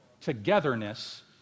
Togetherness